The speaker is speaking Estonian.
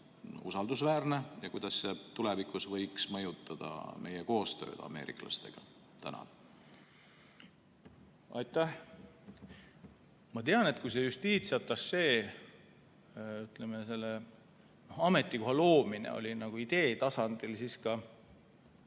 usaldusväärne ja kuidas see tulevikus võiks mõjutada meie koostööd ameeriklastega? Aitäh! Ma tean, et kui see justiitsatašee ametikoha loomine oli ideetasandil, siis